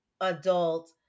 adult